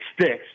sticks